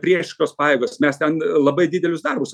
priešiškos pajėgos mes ten labai didelius darbus